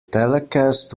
telecast